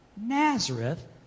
Nazareth